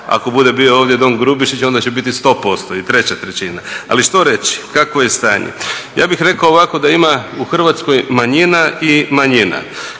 ako bude bio ovdje Don Grubišić ona će biti 100% i treća trećina. Ali što reći, kakvo je stanje? Ja bih rekao ovako da ima u Hrvatskoj manjina i manjina.